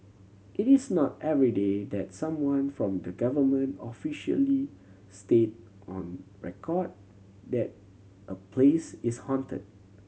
it is not everyday that someone from the government officially state on record that a place is haunted